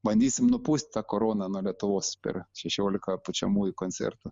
bandysim nupūst tą koroną nuo lietuvos per šešiolika pučiamųjų koncertų